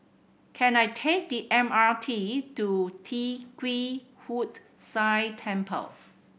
can I take the M R T to Tee Kwee Hood Sia Temple